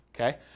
okay